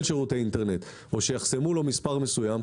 שירותי אינטרנט או שיחסמו לו מספר מסוים,